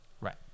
Right